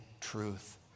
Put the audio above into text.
truth